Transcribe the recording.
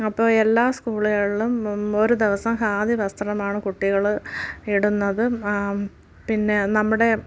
അപ്പോൾ എല്ലാ സ്കൂളുകളിലും ഒരു ദിവസം ഖാദി വസ്ത്രം ആണ് കുട്ടികൾ ഇടുന്നത് പിന്നെ നമ്മുടെ